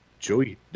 Joey